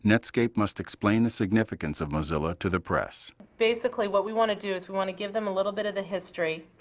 netscape must explain the significance of mozilla to the press. basically what we wanna do is we wanna give them a little bit of the history